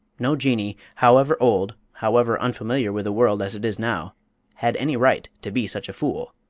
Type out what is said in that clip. no jinnee however old, however unfamiliar with the world as it is now had any right to be such a fool!